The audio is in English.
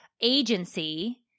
agency